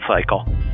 cycle